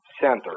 Center